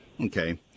okay